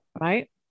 right